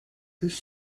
his